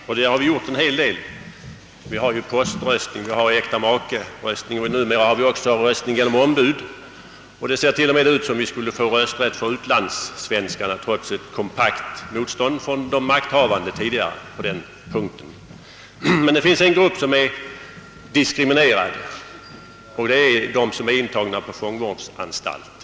En hel del har gjorts — vi har poströstning, vi har röstning genom äktamakeförsändelse, vi har röstning genom ombud och det ser ut som om vi t.o.m. skulle få rösträtt för utlandssvenskarna, trots ett kom pakt motstånd från de makthavande tidigare på den punkten. Men det finns en grupp som är diskriminerad, och det är de som är intagna på fångvårdsanstalt.